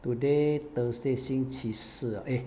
today thursday 星期四 ah eh